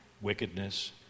wickedness